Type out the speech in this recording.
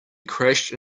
crashed